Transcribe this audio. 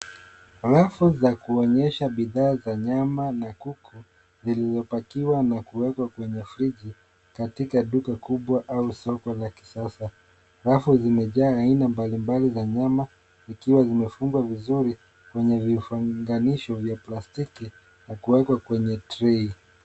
Rafu za kuonyesha bidhaa za nyama na kuku zilizopakiwa na kuwekwa kwenye friji katika duka kubwa au soko la kisasa. Rafu zimejaa aina mbalimbali za nyama zikiwa zimefungwa vizuri kwenye vifunganisho vya plastiki na kuwekwa kwenye trei.